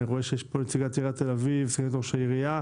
אני רואה שנמצאת כאן נציגת עיריית תל אביב סגנית ראש העיר.